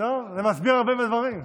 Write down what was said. טוב, זה מסביר הרבה הדברים.